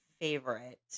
favorite